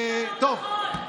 נכון.